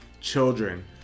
Children